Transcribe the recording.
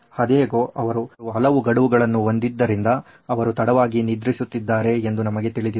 ಆದಾಗ್ಯೂ ಅವರು ಹಲವು ಗಡುವುಗಳನ್ನು ಹೊಂದಿದ್ದರಿಂದ ಅವರು ತಡವಾಗಿ ನಿದ್ರಿಸುತ್ತಿದ್ದಾರೆ ಎಂದು ನಮಗೆ ತಿಳಿದಿದೆ